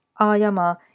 Ayama